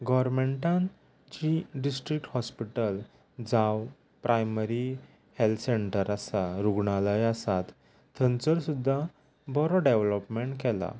गॉरमँटान जीं district hospital जावं primary health centre आसा रुग्णालय आसात थंचर सुद्दां बरो डॅवलॉपमॅण केला